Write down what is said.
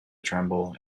tremble